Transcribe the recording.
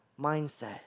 mindset